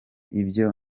ibyo